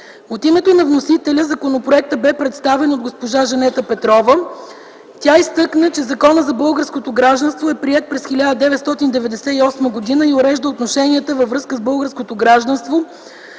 От името на вносителя законопроектът бе представен от госпожа Жанета Петрова. Тя изтъкна, че Законът за българското гражданство е приет през 1998 г. и урежда отношенията във връзка с българското гражданство